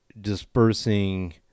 dispersing